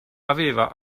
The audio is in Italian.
aveva